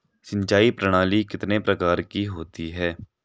सिंचाई प्रणाली कितने प्रकार की होती है?